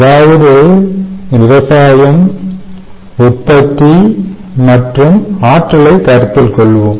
அதாவது விவசாயம் உற்பத்தி மற்றும் ஆற்றலை கருத்தில் கொள்வோம்